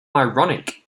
ironic